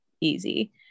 easy